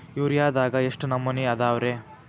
ಯೂರಿಯಾದಾಗ ಎಷ್ಟ ನಮೂನಿ ಅದಾವ್ರೇ?